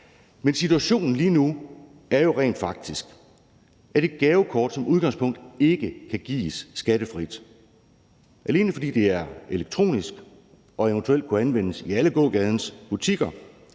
men situationen lige nu er jo rent faktisk, at et gavekort som udgangspunkt ikke kan gives skattefrit, alene fordi det er elektronisk og eventuelt kan anvendes i alle gågadens butikker,